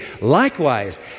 Likewise